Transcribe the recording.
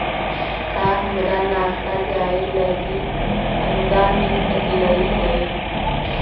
का हमरा नासा जाये लागी अनुदान मिल सकलई हे?